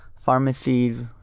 pharmacies